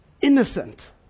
Innocent